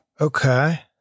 okay